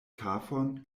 kafon